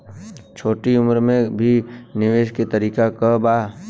छोटी उम्र में भी निवेश के तरीका क बा?